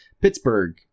Pittsburgh